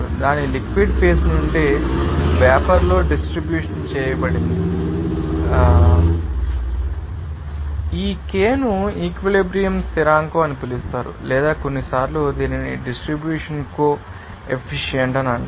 దాని liquid phase నుండి vapour లో డిస్ట్రిబ్యూషన్ చేయబడిందని మీకు ఎలా తెలుస్తుంది మరియు ఇది గణితశాస్త్రపరంగా వ్యక్తీకరించబడుతుంది ఈ ki ను ఈక్వలెబ్రియంస్థిరాంకం అని పిలుస్తారు లేదా కొన్నిసార్లు దీనిని డిస్ట్రిబ్యూషన్ కో ఎఫిసియెంట్ అంటారు